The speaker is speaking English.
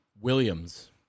Williams